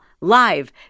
live